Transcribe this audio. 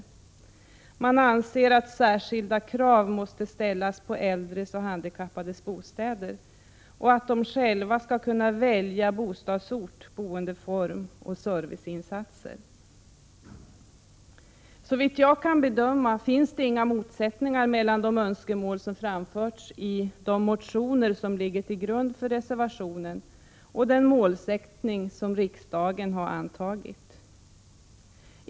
Centerpartiet anser att särskilda krav måste ställas på äldres och handikappades bostäder och att de själva skall kunna välja bostadsort, boendeform och serviceinsatser. Såvitt jag kan bedöma finns det inga motsättningar mellan de önskemål som framförts i de motioner som ligger till grund för reservationen och den målsättning som riksdagen har antagit.